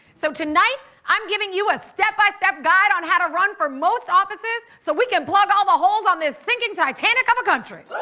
so tonight i'm giving you a step-by-step guide on how to run for most offices so we can plug all the holes on this sinking titanic of a country.